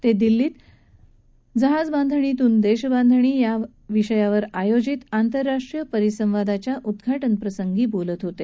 ते दिल्लीत जहाजबांधणीतून देशबांधणी यावर आयोजित आंतरराष्ट्रीय परिसंवादाच्या उद्धाटन प्रसंगी बोलत होते